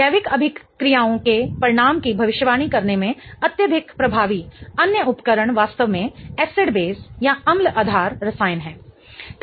जैविक अभिक्रियाओं के परिणाम की भविष्यवाणी करने में अत्यधिक प्रभावी अन्य उपकरण वास्तव में एसिड बेस अम्ल आधार रसायन है